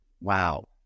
wow